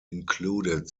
included